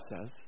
says